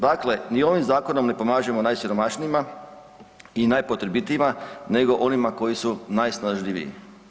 Dakle, ni ovim zakonom ne pomažemo najsiromašnijima i najpotrebitijima, nego onima koju su najsnažljiviji.